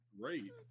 great